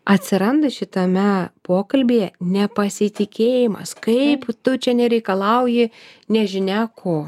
atsiranda šitame pokalbyje nepasitikėjimas kaip tu čia nereikalauji nežinia ko